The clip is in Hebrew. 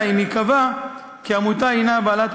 אלא אם ייקבע כי העמותה הנה בעלת